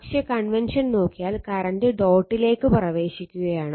പക്ഷെ കൺവെൻഷൻ നോക്കിയാൽ കറണ്ട് ഡോട്ടിലേക്ക് പ്രവേശിക്കുകയാണ്